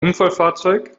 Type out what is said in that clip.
unfallfahrzeug